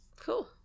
cool